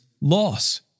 loss